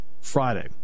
Friday